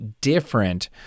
different